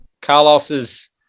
Carlos's